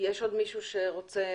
יש עוד מישהו שרוצה?